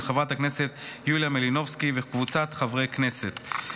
של חברת הכנסת יוליה מלינובסקי וקבוצת חברי כנסת.